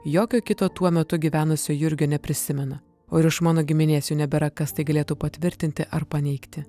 jokio kito tuo metu gyvenusio jurgio neprisimena o ir iš mano giminės jau nebėra kas tai galėtų patvirtinti ar paneigti